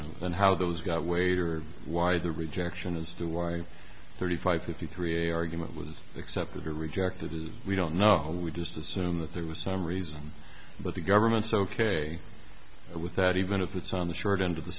know and how those got weight or why the rejection is due why thirty five fifty three a argument was accepted or rejected is we don't know we just assume that there was some reason but the government's ok with that even if it's on the short end of the